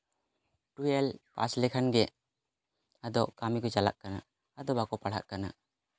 twelve pass ᱞᱮᱠᱷᱟᱱ ᱜᱮ ᱟᱫᱚ ᱠᱟᱹᱢᱤ ᱠᱚ ᱪᱟᱞᱟᱜ ᱠᱟᱱᱟ ᱟᱫᱚ ᱵᱟᱠᱚ ᱯᱟᱲᱦᱟᱜ ᱠᱟᱱᱟ